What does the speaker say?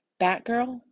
Batgirl